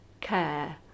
care